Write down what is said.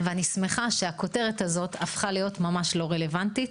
ואני שמחה שהכותרת הזאת הפכה להיות ממש לא רלוונטית.